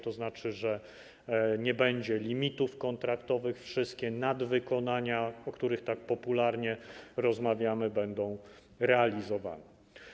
To znaczy, że nie będzie limitów kontraktowych, wszystkie nadwykonania, o których tak popularnie mówimy, będą realizowane.